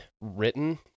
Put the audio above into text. written